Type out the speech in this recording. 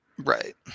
Right